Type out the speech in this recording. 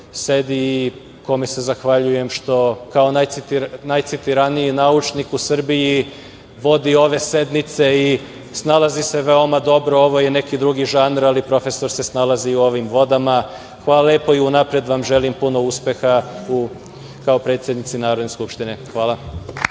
sedi, a kome se zahvaljujem što, kao najcitiranijem naučniku u Srbiji, vodi ove sednice i snalazi se veoma dobro. Ovo je neki drugi žanr, ali profesor se snalazi i u ovim vodama. Hvala lepo i unapred vam želim puno uspeha kao predsednici Narodne skupštine. Hvala.